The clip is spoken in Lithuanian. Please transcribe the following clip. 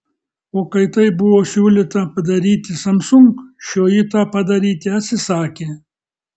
o kai tai buvo siūlyta padaryti samsung šioji tą padaryti atsisakė